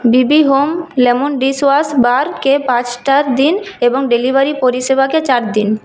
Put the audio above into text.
B B home lemon dishwash বারকে পাঁচ star দিন এবং ডেলিভারি পরিষেবাকে চার দিন